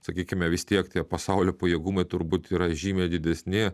sakykime vis tiek tie pasaulio pajėgumai turbūt yra žymiai didesni